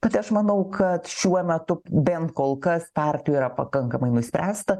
bet aš manau kad šiuo metu bent kol kas partijoje yra pakankamai nuspręsta